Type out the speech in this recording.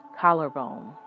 Collarbone